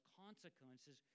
consequences